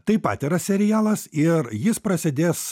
taip pat yra serialas ir jis prasidės